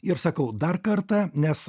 ir sakau dar kartą nes